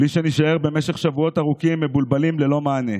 בלי שנישאר במשך שבועות ארוכים מבולבלים ללא מענה.